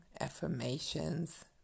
affirmations